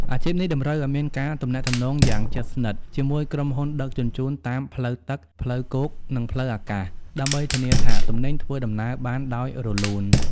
អាជីពនេះតម្រូវឱ្យមានការទំនាក់ទំនងយ៉ាងជិតស្និទ្ធជាមួយក្រុមហ៊ុនដឹកជញ្ជូនតាមផ្លូវទឹក ផ្លូវគោក និងផ្លូវអាកាស ដើម្បីធានាថាទំនិញធ្វើដំណើរបានដោយរលូន។